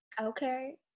Okay